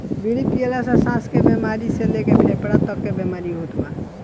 बीड़ी पियला से साँस के बेमारी से लेके फेफड़ा तक के बीमारी होत बा